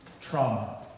trauma